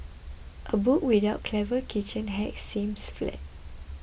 a book without clever kitchen hacks seems flat